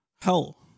hell